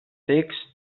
text